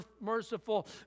merciful